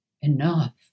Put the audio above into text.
Enough